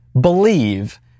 believe